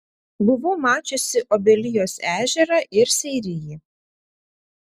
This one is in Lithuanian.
buvau mačiusi obelijos ežerą ir seirijį